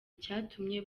icyatumye